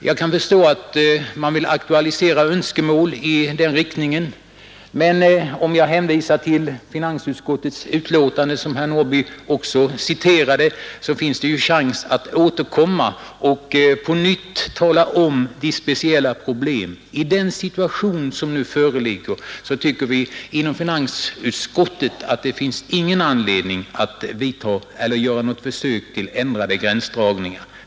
Jag kan förstå att man vill aktualisera önskemål i den riktningen. Som framgår av finansutskottets betänkande får vi, som herr Norrby också påpekade, möjlighet att återkomma till dessa speciella problem. I den situation som nu föreligger tycker vi inom finansutskottet att det inte finns någon anledning att göra något försök till ändrade gränsdragningar.